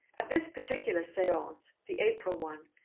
at this particular seance, the april one,